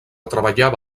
treballava